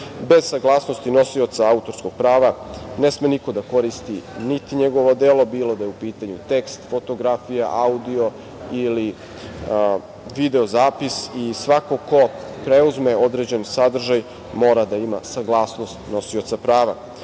Bez saglasnosti nosioca autorskog prava ne sme niko da koristi niti njegova dela, bilo da je u pitanju tekst, fotografija, audio ili video zapis i svako ko preuzme određeni sadržaj mora da ima saglasnost nosioca prava.